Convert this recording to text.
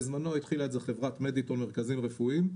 בזמנו התחילה את זה חברת מדיטון מרכזים רפואיים.